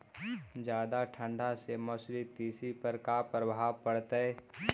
जादा ठंडा से मसुरी, तिसी पर का परभाव पड़तै?